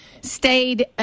stayed